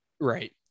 Right